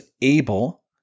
able